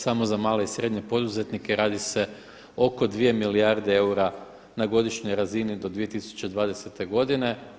Samo za male i srednje poduzetnike radi se oko 2 milijarde eura na godišnjoj razini do 2020. godine.